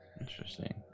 Interesting